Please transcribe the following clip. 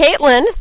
Caitlin